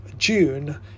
June